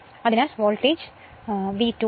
അതിനാൽ voltage V2 ആണ്